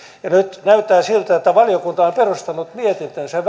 nyt näyttää siltä että valiokunta on perustanut mietintönsä